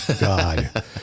God